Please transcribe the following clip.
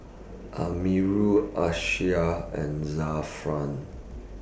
Amirul Amsyar and Zafran